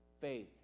faith